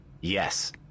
Yes